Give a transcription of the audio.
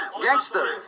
Gangster